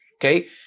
okay